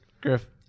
Griff